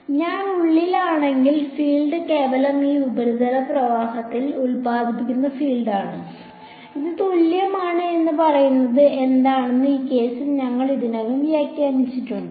അതിനാൽ ഞാൻ ഉള്ളിലാണെങ്കിൽ ഫീൽഡ് കേവലം ഈ ഉപരിതല പ്രവാഹങ്ങളാൽ ഉൽപ്പാദിപ്പിക്കുന്ന ഫീൽഡ് ആണ് ഇതിന് തുല്യമാണ് എന്ന് പറയുന്നത് എന്താണെന്ന് ഈ കേസിൽ ഞങ്ങൾ ഇതിനകം വ്യാഖ്യാനിച്ചിട്ടുണ്ട്